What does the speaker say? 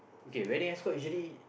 okay wedding escort usually